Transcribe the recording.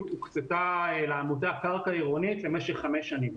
הוקצתה לעמותה קרקע עירונית למשך חמש שנים.